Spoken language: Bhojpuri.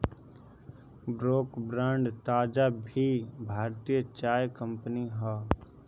ब्रूक बांड ताज़ा भी भारतीय चाय कंपनी हअ